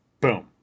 Boom